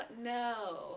No